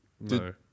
No